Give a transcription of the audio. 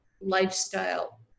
lifestyle